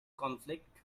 conflict